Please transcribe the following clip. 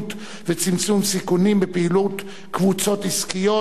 וצמצום סיכונים בפעילות קבוצות עסקיות?